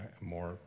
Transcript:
more